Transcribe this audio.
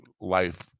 life